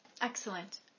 Excellent